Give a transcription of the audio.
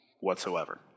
whatsoever